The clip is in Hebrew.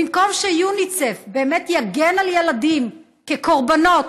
במקום שיוניסף באמת יגן על ילדים כקורבנות,